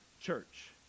church